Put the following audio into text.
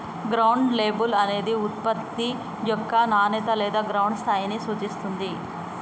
ground label అనేది ఉత్పత్తి యొక్క నాణేత లేదా గ్రౌండ్ స్థాయిని సూచిత్తుంది